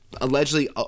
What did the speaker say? allegedly